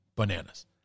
bananas